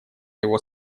его